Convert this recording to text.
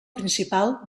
principal